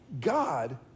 God